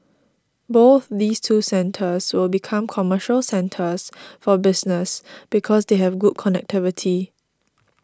both these two centres will become commercial centres for business because they have good connectivity